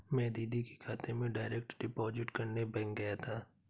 मैं दीदी के खाते में डायरेक्ट डिपॉजिट करने बैंक गया था